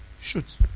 shoot